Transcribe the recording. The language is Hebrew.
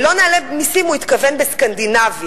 לא נעלה מסים, הוא התכוון בסקנדינביה,